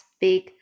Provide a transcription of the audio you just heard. big